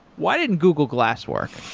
why didn't google glass work?